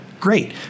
great